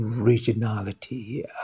originality